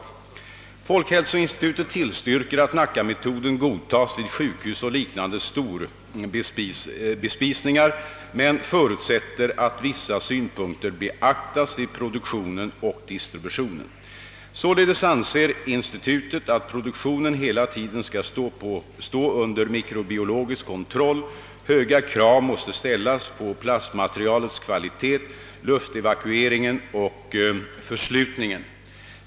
Folkhälsoinstitutet = tillstyrker = att Nackametoden godtas vid sjukhus och liknande storbespisningar men förutsätter att vissa synpunkter beaktas vid produktionen och distributionen. Således anser institutet, att produktionen hela tiden skall stå under mikrobiologisk kontroll. Höga krav måste ställas på plastmaterialets kvalitet, luftevakueringen och förslutningen.